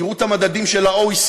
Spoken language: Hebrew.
תראו את המדדים של ה-OECD.